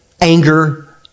anger